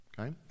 okay